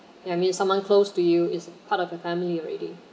ya I mean someone close to you is part of a family already